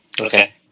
Okay